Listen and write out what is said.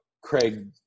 Craig